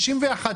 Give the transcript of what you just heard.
לגיל 61,